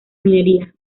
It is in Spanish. minería